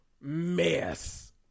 mess